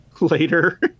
later